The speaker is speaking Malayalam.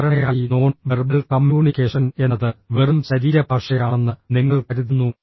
സാധാരണയായി നോൺ വെർബൽ കമ്മ്യൂണിക്കേഷൻ എന്നത് വെറും ശരീരഭാഷയാണെന്ന് നിങ്ങൾ കരുതുന്നു